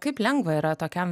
kaip lengva yra tokiam